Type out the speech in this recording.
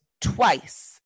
Twice